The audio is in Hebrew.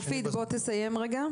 מופיד, תסיים רגע.